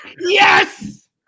Yes